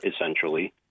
essentially